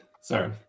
Sorry